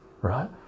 right